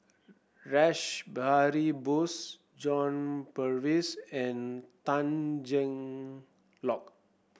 Rash Behari Bose John Purvis and Tan Cheng Lock